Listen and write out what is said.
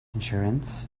insurance